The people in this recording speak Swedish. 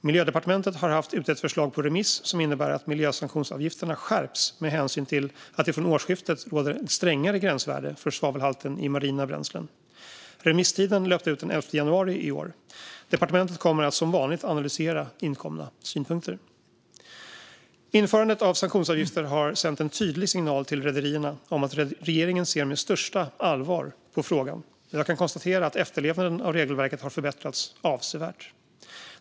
Miljödepartementet har haft ett förslag ute på remiss som innebär att miljösanktionsavgifterna skärps med hänsyn till att det från årsskiftet råder ett strängare gränsvärde för svavelhalten i marina bränslen. Remisstiden löpte ut den 11 januari i år. Departementet kommer att som vanligt analysera inkomna synpunkter. Införandet av sanktionsavgifter har sänt en tydlig signal till rederierna om att regeringen ser med största allvar på frågan, och jag kan konstatera att efterlevnaden av regelverket har förbättrats avsevärt.